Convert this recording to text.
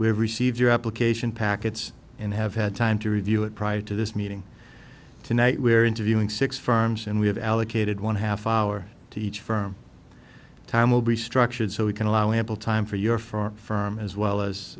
we have received your application packets and have had time to review it prior to this meeting tonight we are interviewing six firms and we have allocated one half hour to each firm time will be structured so we can allow ample time for your for our firm as well